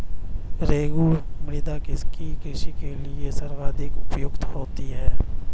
रेगुड़ मृदा किसकी कृषि के लिए सर्वाधिक उपयुक्त होती है?